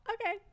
okay